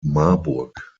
marburg